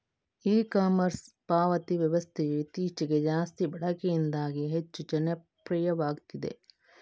E commerce ಪಾವತಿ ವ್ಯವಸ್ಥೆಯು ಇತ್ತೀಚೆಗೆ ಜಾಸ್ತಿ ಬಳಕೆಯಿಂದಾಗಿ ಹೆಚ್ಚು ಜನಪ್ರಿಯವಾಗ್ತಿದೆ